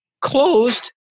closed